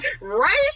right